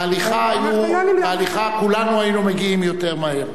בהליכה, כולנו היינו מגיעים יותר מהר.